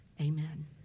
Amen